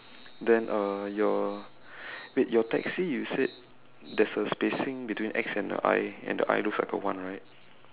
then uh your wait your taxi you said there's a spacing between X and the I and the I looks like a one right